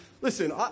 Listen